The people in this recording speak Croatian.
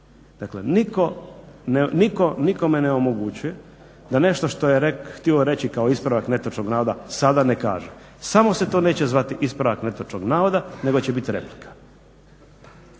Dakle, nitko nikom ne omogućuje da nešto što je htio reći kao ispravak netočnog navoda sada ne kaže, samo se to neće zvati ispravak netočnog navoda nego će biti replika.